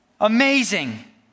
Amazing